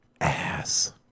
Ass